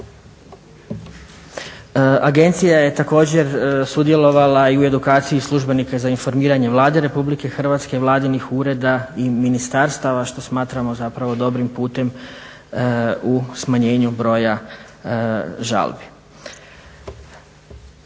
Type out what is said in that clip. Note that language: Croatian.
Agencija je također sudjelovala i u edukaciji službenika za informiranje Vlade RH i vladinih ureda i ministarstava što smatramo zapravo dobrim putem u smanjenju broja žalbi.